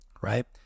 right